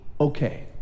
okay